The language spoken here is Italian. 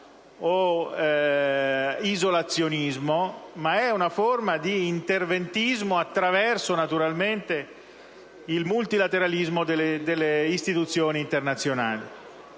o isolazionismo, bensì una forma di interventismo attraverso il multilateralismo delle istituzioni internazionali.